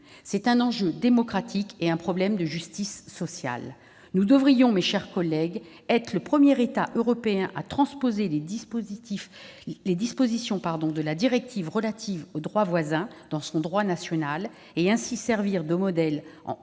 C'est un enjeu démocratique, et c'est un problème de justice sociale. La France devrait être, mes chers collègues, le premier État européen à transposer les dispositions de la directive relative au droit voisin dans son droit national, et ainsi servir de modèle